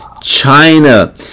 China